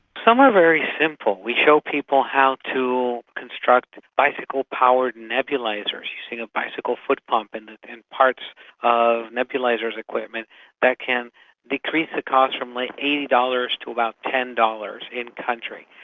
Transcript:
some are very simple. we show people how to construct bicycle-powered nebulisers using a bicycle foot pump and and parts of nebulisers equipment that can decrease the cost from like eighty dollars to about ten dollars in country.